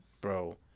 bro